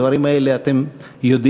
את הדברים האלה אתם זוכרים,